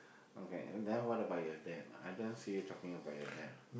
okay then what about your dad I don't see you talking about your dad